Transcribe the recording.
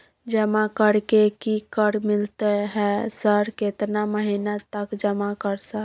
जमा कर के की कर मिलते है सर केतना महीना तक जमा सर?